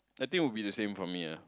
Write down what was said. I think it would be the same for me ah